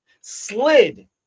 slid